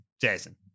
Jason